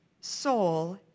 soul